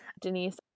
denise